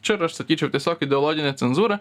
čia ir aš sakyčiau tiesiog ideologinė cenzūra